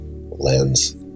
lens